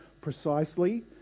precisely